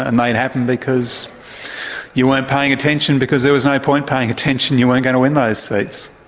and they'd happen because you weren't paying attention, because there was no point paying attention you weren't going to win those seats.